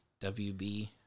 WB